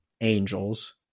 angels